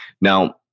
Now